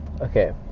Okay